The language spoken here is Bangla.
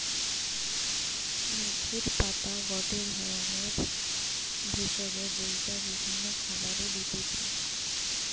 মেথির পাতা গটে ধরণের ভেষজ যেইটা বিভিন্ন খাবারে দিতেছি